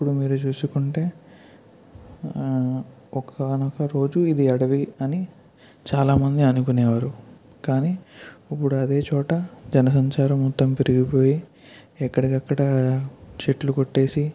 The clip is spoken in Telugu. ఇప్పుడు మీరు చూసుకుంటే ఒకానొక రోజు ఇది అడివి అని చాలామంది అనుకునేవారు కానీ ఇప్పుడు అదే చోట జనసంచారం మొత్తం పెరిగిపోయి ఎక్కడికక్కడ చెట్లు కొట్టేసి